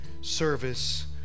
service